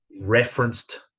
referenced